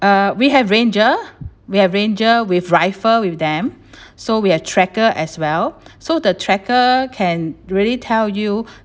uh we have ranger we have ranger with rifle with them so we have tracker as well so the tracker can really tell you